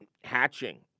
hatching